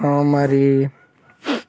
మరి